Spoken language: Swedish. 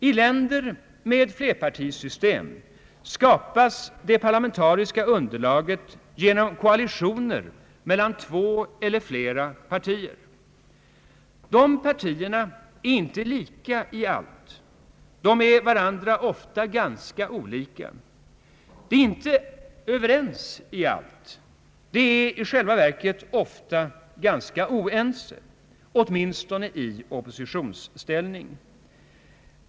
I länder med flerpartisystem skapas det parlamentariska underlaget i regel genom koalitioner mellan två eller flera partier. De partierna är inte lika i allt, utan de är varandra ofta ganska olika. De är inte överens i allt, utan de är i själva verket ofta ganska oense — åtminstone i oppositionsställning.